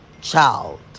child